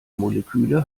moleküle